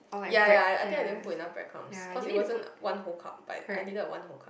ya ya I think I didn't put enough bread crumps cause it wasn't one whole cup like I need a whole cup